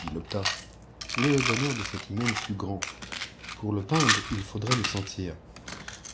il l'obtint le bonheur de cet hymen fut grand pour le peindre il faudrait le sentir